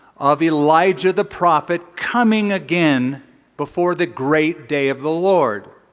of elijah the prophet coming again before the great day of the lord.